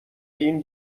این